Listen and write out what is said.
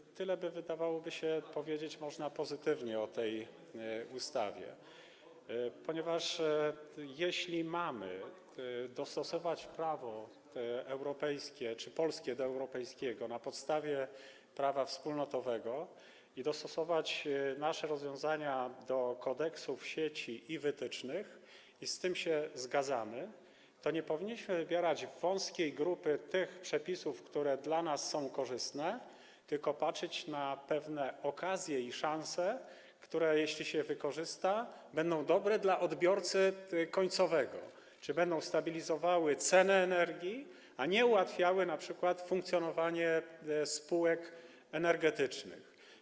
I tyle, wydawałoby się, powiedzieć można by pozytywnego o tej ustawie, ponieważ jeśli mamy dostosowywać prawo europejskie czy prawo polskie do europejskiego na podstawie prawa wspólnotowego i dostosowywać nasze rozwiązania do kodeksów sieci i wytycznych - i z tym się zgadzamy - to nie powinniśmy wybierać wąskiej grupy tych przepisów, które dla nas są korzystne, tylko patrzeć na pewne okazje i szanse, które, jeśli się je wykorzysta, będą dobre dla odbiorcy końcowego, czyli będą stabilizowały cenę energii, a nie ułatwiały np. funkcjonowanie spółek energetycznych.